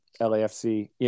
LAFC